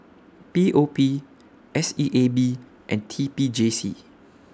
P O P S E A B and T P J C